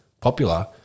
popular